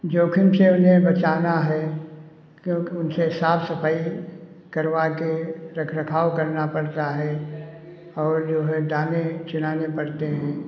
जोखिम से उन्हें बचाना है क्योंकि उनसे साफ सफाई करवा के रख रखाव करना पड़ता है और जो है दाने खिलाने पड़ते हैं